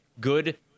good